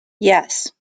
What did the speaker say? yes